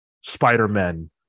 Spider-Men